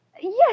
Yes